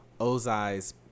Ozai's